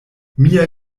mia